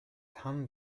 hand